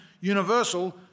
universal